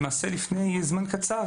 למעשה לפני זמן קצר,